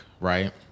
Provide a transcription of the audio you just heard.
right